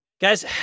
Guys